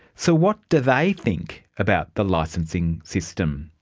so what do they think about the licencing system?